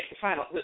final